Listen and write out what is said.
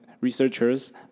researchers